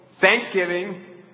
thanksgiving